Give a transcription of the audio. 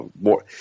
more